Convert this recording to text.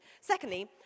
Secondly